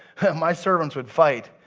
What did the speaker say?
my servants would fight,